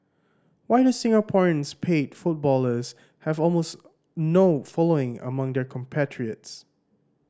why do Singapore's paid footballers have almost no following among their compatriots